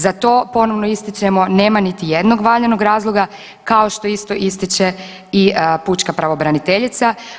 Za to ponovo ističemo nema niti jednog valjanog razloga kao što isti ističe i pučka pravobraniteljica.